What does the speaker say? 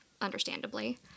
understandably